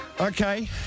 Okay